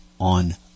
on